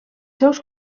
seus